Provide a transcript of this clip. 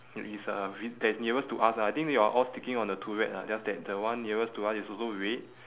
and is uh vi~ that is nearest to us ah I think they are all sticking out of the turret lah just that the one nearest to us is also red